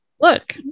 look